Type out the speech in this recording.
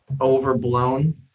overblown